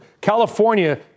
California